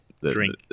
Drink